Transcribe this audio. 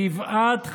גבעת חביבה,